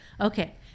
Okay